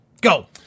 Go